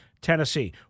Tennessee